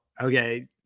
okay